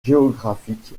géographique